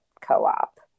co-op